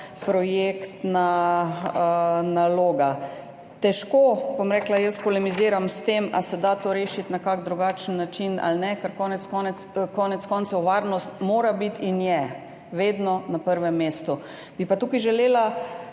projektna naloga. Jaz težko polemiziram s tem, ali se da to rešiti na kak drugačen način ali ne, ker konec koncev varnost mora biti in je vedno na prvem mestu. Bi pa tukaj želela